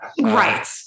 Right